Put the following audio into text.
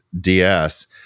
DS